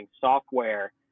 software